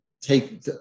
take